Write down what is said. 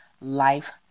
Life